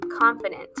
confident